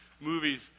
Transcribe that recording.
movies